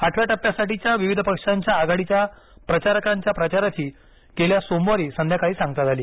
आठव्या टप्प्यासाठीच्या विविध पक्षांच्या आघाडीच्या प्रचारकांच्या प्रचाराची गेल्या सोमवारी संध्याकाळी सांगता झाली